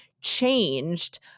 changed